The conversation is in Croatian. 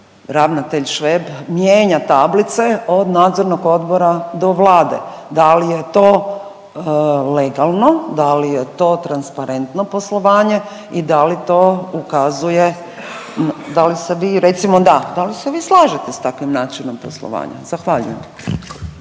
ravnatelj Šveb mijenja tablice od Nadzornog odbora do Vlade. Da li je to legalno, da li je to transparentno poslovanje i da li to ukazuje, da li se vi recimo da, da li se vi slažete s takvim načinom poslovanja? Zahvaljujem.